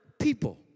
people